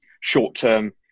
short-term